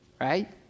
right